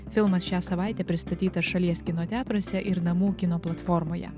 filmas šią savaitę pristatytas šalies kino teatruose ir namų kino platformoje